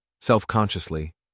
Self-consciously